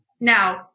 now